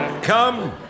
Come